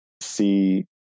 see